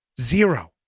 zero